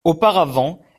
auparavant